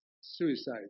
suicide